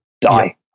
die